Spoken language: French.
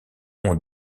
ont